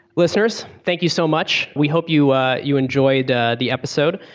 listeners, thank you so much. we hope you ah you enjoyed ah the episode.